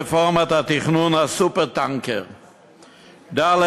רפורמת התכנון, ה"סופר-טנקר"; ד.